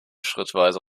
schrittweise